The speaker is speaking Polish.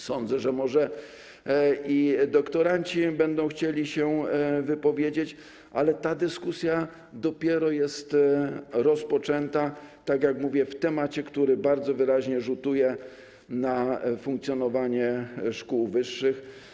Sądzę, że i doktoranci będą chcieli się wypowiedzieć, ale dyskusja jest dopiero rozpoczęta, tak jak mówię, w kwestii, która bardzo wyraźnie rzutuje na funkcjonowanie szkół wyższych.